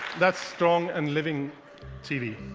that's strong and living tv.